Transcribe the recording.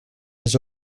his